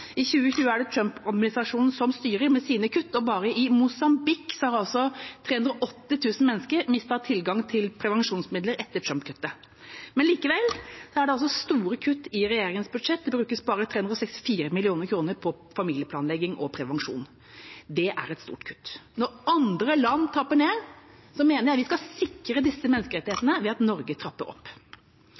I 2020 er det Trump-administrasjonen som styrer med sine kutt, og bare i Mosambik har altså 380 000 mennesker mistet tilgang til prevensjonsmidler etter Trump-kuttet. Likevel er det altså store kutt i regjeringas budsjett. Det brukes bare 364 mill. kr på familieplanlegging og prevensjon. Det er et stort kutt. Når andre land trapper ned, mener jeg vi skal sikre disse menneskerettighetene ved at Norge trapper opp.